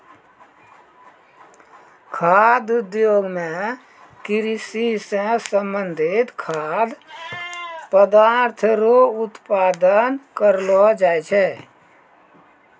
खाद्य उद्योग मे कृषि से संबंधित खाद्य पदार्थ रो उत्पादन करलो जाय छै